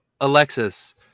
Alexis